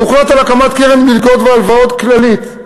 הוחלט על הקמת קרן מלגות והלוואות כללית,